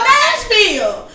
Nashville